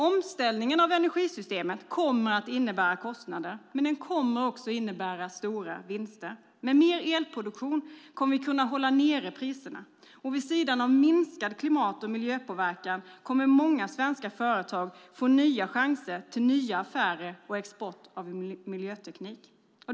Omställningen av energisystemet kommer att innebära kostnader, men den kommer också att innebära stora vinster. Med mer elproduktion kommer vi att kunna hålla nere priserna. Och vid sidan av minskad klimat och miljöpåverkan kommer många svenska företag att få nya chanser till nya affärer och export av miljöteknik.